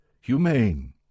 humane